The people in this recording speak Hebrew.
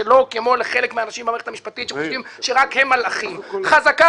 שלא כמו לחלק מהאנשים במערכת המשפטית שחושבים שרק הם מלאכים שיקבל